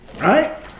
right